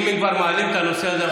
אם כבר מעלים את הנושא הזה,